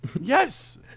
Yes